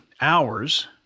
hours